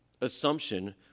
assumption